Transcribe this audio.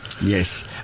Yes